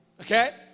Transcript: Okay